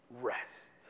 rest